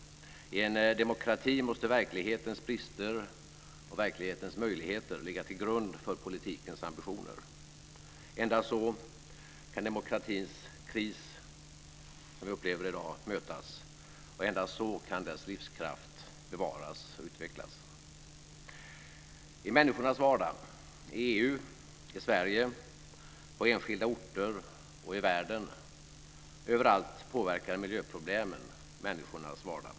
I en demokrati måste verklighetens brister och verklighetens möjligheter ligga till grund för politikens ambitioner. Endast så kan demokratins kris, som vi upplever i dag, mötas, och endast så kan dess livskraft bevaras och utvecklas. I EU, i Sverige, på enskilda orter, i världen och överallt, påverkar miljöproblemen människornas vardag.